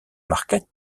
marquet